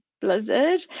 blizzard